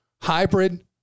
hybrid